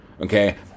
Okay